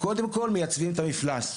קודם כל מייצבים את המפלס,